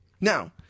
Now